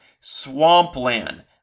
swampland